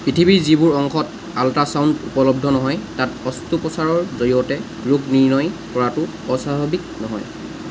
পৃথিৱীৰ যিবোৰ অংশত আল্ট্ৰাছাউণ্ড উপলব্ধ নহয় তাত অস্ত্ৰোপচাৰৰ জৰিয়তে ৰোগ নিৰ্ণয় কৰাটো অস্বাভাৱিক নহয়